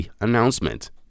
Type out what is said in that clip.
announcement